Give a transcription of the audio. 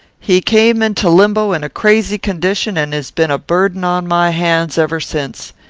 he came into limbo in a crazy condition, and has been a burden on my hands ever since.